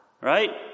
right